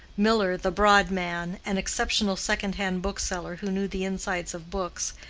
miller, the broad man, an exceptional second-hand bookseller who knew the insides of books,